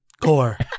Core